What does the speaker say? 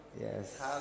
Yes